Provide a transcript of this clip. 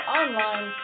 online